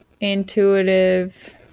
Intuitive